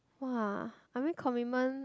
!wah! I mean commitment